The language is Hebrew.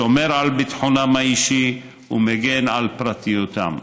שומר על ביטחונם האישי ומגן על פרטיותם.